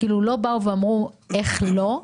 ולא באו ואמרו איך לא.